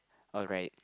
alright